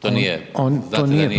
to nije